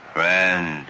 Friend